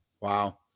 Wow